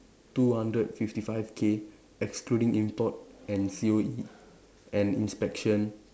two hundred fifty five K excluding import and C_O_E and inspection